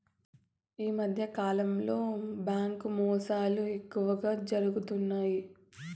ఈ మధ్యకాలంలో బ్యాంకు మోసాలు ఎక్కువగా జరుగుతున్నాయి